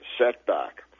setback